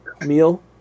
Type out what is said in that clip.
meal